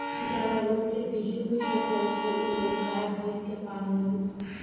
जावना लोग के भिजुन खेत नइखे उ लोग गाय, भइस के पालेलन